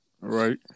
Right